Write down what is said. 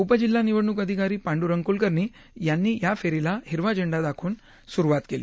उप जिल्हा निवडणूक अधिकारी पांड्रंग कुलकर्णी यांनी या फेरीला हिरवा झेंडा दाखवून सुरुवात केली